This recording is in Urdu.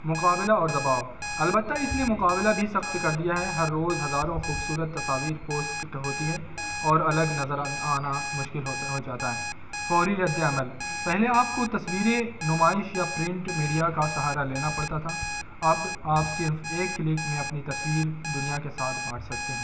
مقابلہ اور دباؤ البتہ اس نے مقابلہ بھی سخت کر دیا ہے ہر روز ہزاروں خوبصورت تصاویر پوسٹ ہوتی ہے اور الگ نظر آنا مشکل ہوتا ہو جاتا ہے فوری ردِ عمل پہلے آپ کو تصویریں نمائش یا پرنٹ میڈیا کا سہارا لینا پڑتا تھا اب آپ صرف ایک کلک میں اپنی تصویر دنیا کے ساتھ بانٹ سکتے ہیں